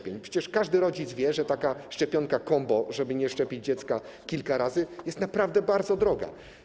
Przecież każdy rodzic wie, że taka szczepionka combo, stosowana, żeby nie szczepić dziecka kilka razy, jest naprawdę bardzo droga.